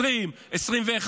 2020,